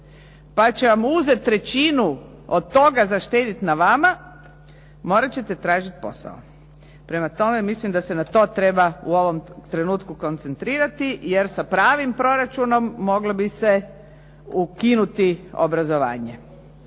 pa će vam uzeti trećinu od toga za štedjeti na vama, morati ćete tražiti posao. Prema tome, mislim da se na to treba u ovom trenutku koncentrirati jer sa pravim proračunom moglo bi se ukinuti obrazovanje.